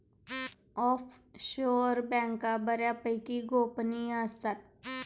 offshore बँका बऱ्यापैकी गोपनीय असतात